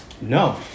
no